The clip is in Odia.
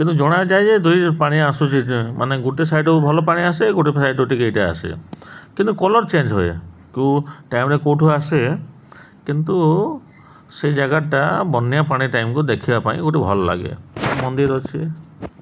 କିନ୍ତୁ ଜଣାଯାଏ ଯେ ଦୁଇ ପାଣି ଆସୁଛି ମାନେ ଗୋଟେ ସାଇଡ଼୍ ଭଲ ପାଣି ଆସେ ଗୋଟେ ସାଇଡ଼୍ ଟିକେ ଏଇଟା ଆସେ କିନ୍ତୁ କଲର୍ ଚେଞ୍ଜ ହୁଏ କେଉଁ ଟାଇମ୍ରେ କେଉଁଠୁ ଆସେ କିନ୍ତୁ ସେ ଜାଗାଟା ବନ୍ୟା ପାଣି ଟାଇମ୍କୁ ଦେଖିବା ପାଇଁ ଗୋଟେ ଭଲ ଲାଗେ ମନ୍ଦିର ଅଛି